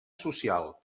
social